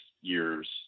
year's